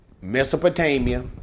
Mesopotamia